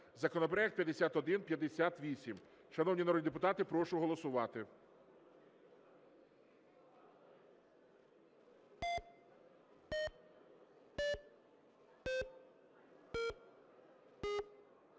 законопроект 5158. Шановні народні депутати, прошу голосувати.